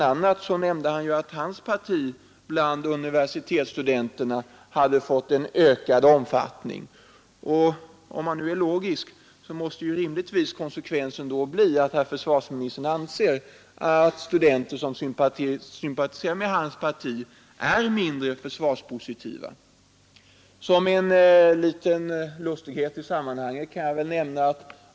a. nämnde han att hans parti bland universitetsstudenterna fått ökade sympatier. Om man nu är logisk, måste konsekvensen då rimligtvis bli att herr försvarsministern anser att studenter som sympatiserar med hans parti är mindre försvarspositiva. Som en liten lustighet i sammanhanget kan jag nämna en annan sak.